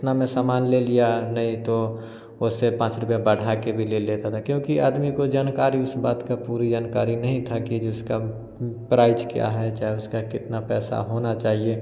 उतना में सामान ले लिया नहीं तो वैसे पाँच रुपया बढ़ाकर भी ले लेता था क्योंकि आदमी को जानकारी उस बात का पूरी जानकारी नहीं था कि जिसका प्राइज क्या है चाहे उसका कितना पैसा होना चाहिए